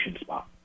spot